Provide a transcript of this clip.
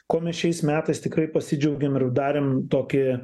kuo mes šiais metais tikrai pasidžiaugėm ir darėm tokį